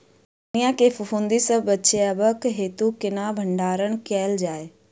धनिया केँ फफूंदी सऽ बचेबाक हेतु केना भण्डारण कैल जाए?